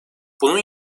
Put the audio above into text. bunun